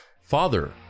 Father